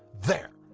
there,